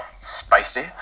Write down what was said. Spicy